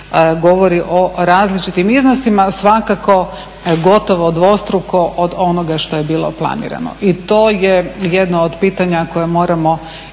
govori o različitim iznosima. Svakako gotovo dvostruko od onoga što je bilo planirano. I to je jedno od pitanja koje moramo